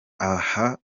aha